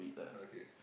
okay